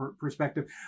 perspective